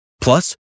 Plus